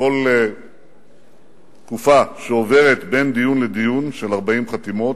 כל תקופה שעוברת בין דיון לדיון של 40 חתימות,